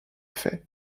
fait